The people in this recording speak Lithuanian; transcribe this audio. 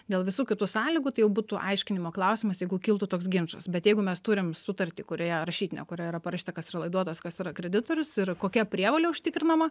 dėl visų kitų sąlygų tai jau būtų aiškinimo klausimas jeigu kiltų toks ginčas bet jeigu mes turim sutartį kurioje rašytinę kurioje yra parašyta kas yra laiduotas kas yra kreditorius ir kokia prievolė užtikrinama